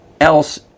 else